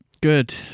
Good